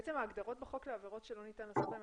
אבל ההגדרות בחוק לעבירות שלא ניתן לעשות בהם